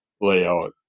layout